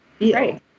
right